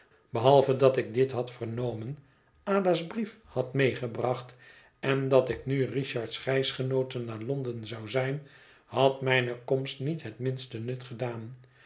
behalve dat ik dit had vernomen ada's brief had gebracht en dat ik nu richard's reisgenoote naar londen zou zijn had mijne komst niet het minste nut gedaan